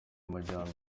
amajyambere